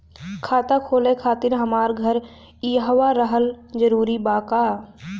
खाता खोले खातिर हमार घर इहवा रहल जरूरी बा का?